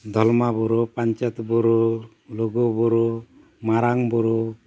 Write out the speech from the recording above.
ᱫᱚᱞᱢᱟ ᱵᱩᱨᱩ ᱯᱟᱧᱪᱮᱛ ᱵᱩᱨᱩ ᱞᱩᱜᱩ ᱵᱩᱨᱩ ᱢᱟᱨᱟᱝ ᱵᱩᱨᱩ